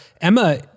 Emma